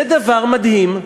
זה דבר מדהים.